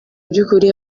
by’ukuri